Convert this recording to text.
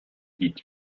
dit